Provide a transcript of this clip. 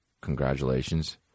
congratulations